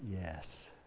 yes